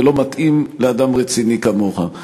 ולא מתאים לאדם רציני כמוך,